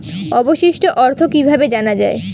অবশিষ্ট অর্থ কিভাবে জানা হয়?